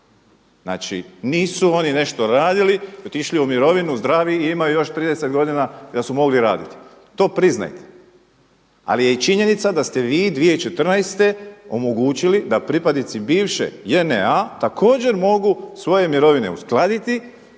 Znači, nisu oni nešto radili, otišli u mirovinu zdravi i imaju još 30 godina da su mogli raditi. To priznajte. Ali je i činjenica da ste vi 2014. omogućili da pripadnici bivše JNA također mogu svoje mirovine uskladiti